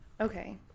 Okay